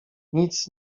nic